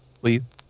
please